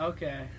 Okay